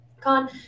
Con